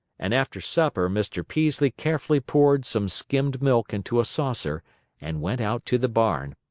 and after supper mr. peaslee carefully poured some skimmed milk into a saucer and went out to the barn.